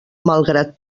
malgrat